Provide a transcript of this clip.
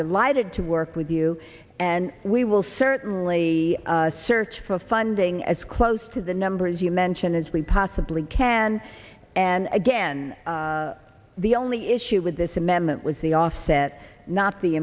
delighted to work with you and we will certainly search for funding as close to the numbers you mention as we possibly can and again the only issue with this amendment was the offset not the